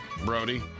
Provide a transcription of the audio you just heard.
Brody